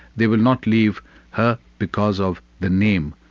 they will not leave her because of the name,